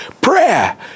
Prayer